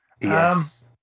Yes